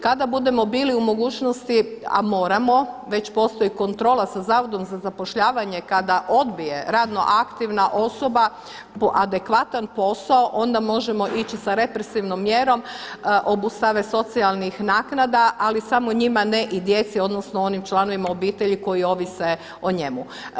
Kada budemo bili u mogućnosti, a moramo već postoji kontrola sa Zavodom za zapošljavanje kada odbije radno aktivna osoba adekvatan posao, onda možemo ići sa represivnom mjerom obustave socijalnih naknada, ali samo njima ne i djeci, odnosno onim članovima obitelji koji ovise o njemu.